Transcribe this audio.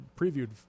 previewed